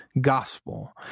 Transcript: gospel